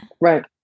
right